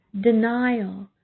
denial